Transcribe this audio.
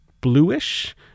bluish